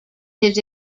his